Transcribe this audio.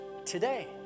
today